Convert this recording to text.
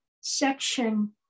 section